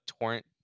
torrent